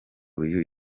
uyu